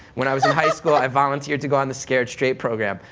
when i was in high school, i volunteered to go on the scared straight program.